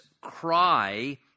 cry